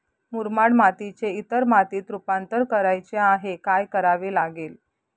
मुरमाड मातीचे इतर मातीत रुपांतर करायचे आहे, काय करावे लागेल?